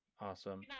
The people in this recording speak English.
Awesome